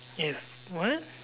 you have what